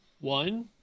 One